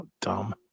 Dumb